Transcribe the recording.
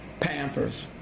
pampers,